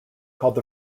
called